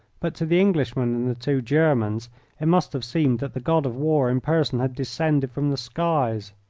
but to the englishman and the two germans it must have seemed that the god of war in person had descended from the skies.